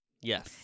Yes